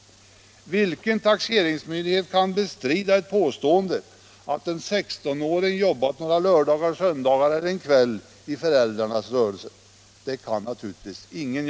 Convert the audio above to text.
Vilken taxeringsmyndighet kan bestrida ett påstående att en 16-åring har jobbat några lördagar och söndagar eller en kväll i föräldrarnas rörelse? Det kan naturligtvis ingen.